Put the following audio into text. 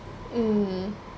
mm